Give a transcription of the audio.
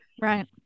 Right